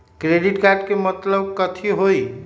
Credit card के मतलब कथी होई?